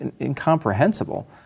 incomprehensible